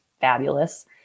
fabulous